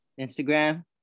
Instagram